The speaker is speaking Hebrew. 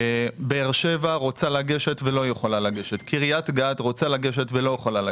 באר שבע רוצה לגשת - ולא יכולה, קריית גת כנ"ל.